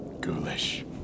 ghoulish